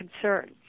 concern